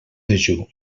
dejú